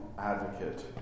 advocate